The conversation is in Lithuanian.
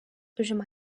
užima